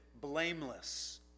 blameless